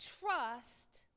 trust